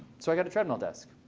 so i got a treadmill desk.